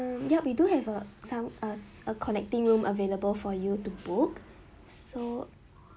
um yup we do have err some a a connecting room available for you to book so